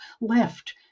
left